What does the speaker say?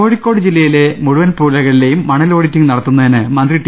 കോഴിക്കോട്ട് ജില്ലയിലെ മുഴുവൻ പുഴകളിലെയും മണൽ ഓഡിറ്റിങ് നടത്തുന്നതിന് മന്ത്രി ടി